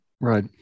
right